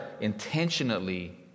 intentionally